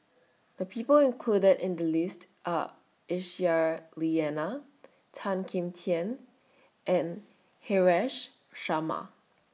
The People included in The list Are Aisyah Lyana Tan Kim Tian and Haresh Sharma